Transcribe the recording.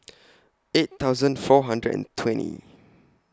eight thousand four hundred and twenty